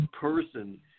person